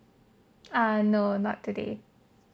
uh no not today